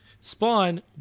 Spawn